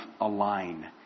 align